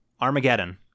Armageddon